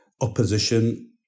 opposition